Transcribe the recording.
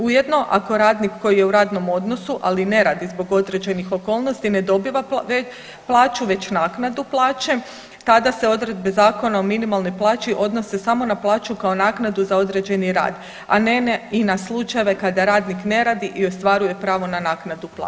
Ujedno ako radnik koji je u radnom odnosu, ali ne radi zbog određenih okolnosti ne dobiva plaću već naknadu plaće tada se odredbe Zakona o minimalnoj plaći odnose samo na plaću kao naknadu za određeni rad, a ne i na slučajeve kada radnik ne radi i ostvaruje pravo na naknadu plaće.